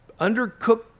undercooked